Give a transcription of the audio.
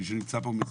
מישהו נמצא פה?